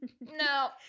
No